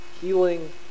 Healing